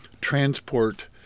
transport